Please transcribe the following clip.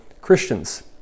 Christians